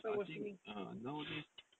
I think uh nowadays